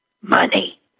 Money